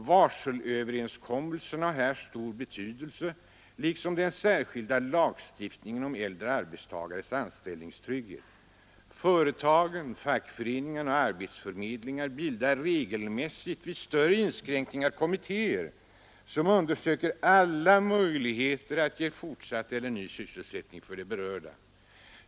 Varselöverenskommelserna har här stor betydelse liksom den särskilda lagstiftningen om äldre arbetstagares anställningstrygghet. Företagen, fackföreningarna och arbetsförmedlingarna bildar regelmässigt vid större inskränkningar kommittéer som undersöker alla möjligheter att ge fortsatt eller ny anställning för de berörda.